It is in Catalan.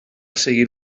seguir